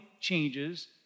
changes